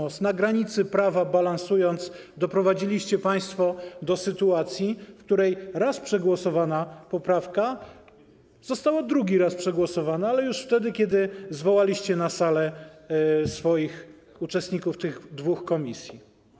Balansując na granicy prawa, doprowadziliście państwo do sytuacji, w której raz przegłosowana poprawka została drugi raz przegłosowana, ale już wtedy, kiedy zwołaliście na salę swoich uczestników tych dwóch komisji.